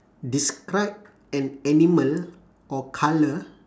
describe an animal or colour